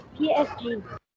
PSG